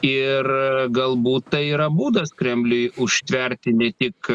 ir galbūt tai yra būdas kremliui užtverti ne tik